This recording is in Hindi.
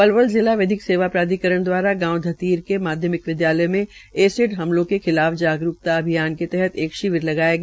पलवल जिला विधिक सेवा प्राधिकरण दवारा गांव धतीर के माध्यम विद्यालय में एसिठ हमलों के खिलाफ जागरूक्ता अभियान के तहत एक शिविर लगाया गया